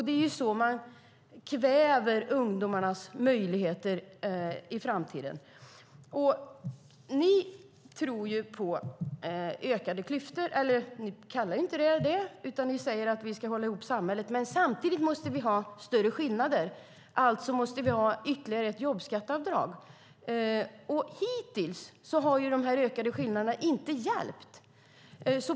Det är så man kväver ungdomarnas möjligheter i framtiden. Ni tror på ökade klyftor. Ni kallar det inte så, utan ni säger att vi ska hålla ihop samhället - men samtidigt måste vi ha större skillnader. Alltså måste vi ha ytterligare ett jobbskatteavdrag. Hittills har de ökade skillnaderna inte hjälpt.